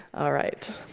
all right.